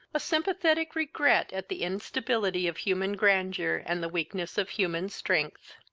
a sympathetic regret at the instability of human grandeur and the weakness of human strength.